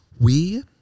we-